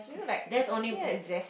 that's only